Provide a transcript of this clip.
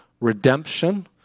redemption